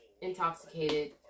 intoxicated